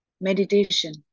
meditation